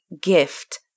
gift